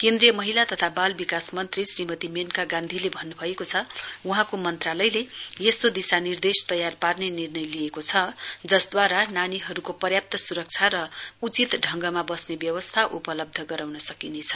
केन्द्रीय महिला तथा बाल विकास मन्त्री श्रीमती मेनका गान्धीले भन्नु भएको छ वहाँको मन्त्रालयले यस्तो दिशा निर्देश तयार पार्ने निर्णय लिएको छ जसद्वारा नानीहरूको पर्याप्त सुरक्षा र उचित ढङ्गमा बस्ने व्यवस्था उपलब्ध गराउन सकिनेछ